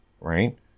right